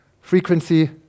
Frequency